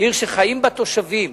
עיר שחיים בה תושבים,